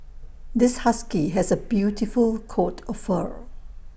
this husky has A beautiful coat of fur